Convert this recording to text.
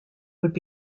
would